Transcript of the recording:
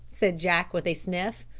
said jack with a sniff.